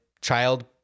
child